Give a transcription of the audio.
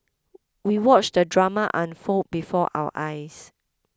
we watched the drama unfold before our eyes